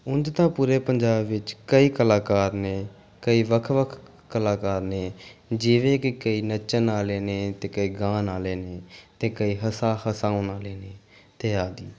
ਉਂਝ ਤਾਂ ਪੂਰੇ ਪੰਜਾਬ ਵਿੱਚ ਕਈ ਕਲਾਕਾਰ ਨੇ ਕਈ ਵੱਖ ਵੱਖ ਕਲਾਕਾਰ ਨੇ ਜਿਵੇਂ ਕਿ ਕਈ ਨੱਚਣ ਵਾਲੇ ਨੇ ਅਤੇ ਕਈ ਗਾਣ ਵਾਲੇ ਨੇ ਅਤੇ ਕਈ ਹਸਾ ਹਸਾਉਣ ਵਾਲੇ ਨੇ ਅਤੇ ਆਦਿ